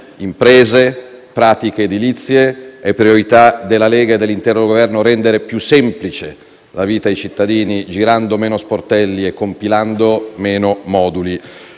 imprese, pratiche edilizie. È priorità della Lega e dell'intero Governo rendere più semplice la vita ai cittadini, andando meno in giro presso vari sportelli e compilando meno moduli.